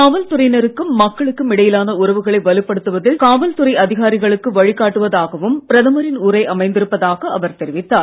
காவல்துறையினருக்கும் மக்களுக்கும் இடையிலான உறவுகளை வலுப்படுத்துவதில் காவல்துறை அதிகாரிகளுக்கு வழிகாட்டுவதாகவும் பிரதமரின் உரை அமைந்திருப்பதாக அவர் தெரிவித்தார்